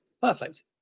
perfect